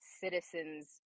citizens